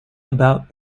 about